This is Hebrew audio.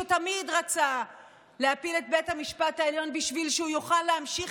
שתמיד רצה להפיל את בית המשפט העליון בשביל שהוא יוכל להמשיך